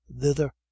thither